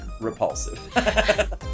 repulsive